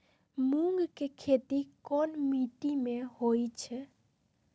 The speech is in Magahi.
मूँग के खेती कौन मीटी मे होईछ?